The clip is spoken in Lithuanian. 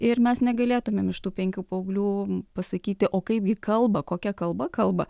ir mes negalėtumėm iš tų penkių paauglių pasakyti o kaipgi kalba kokia kalba kalba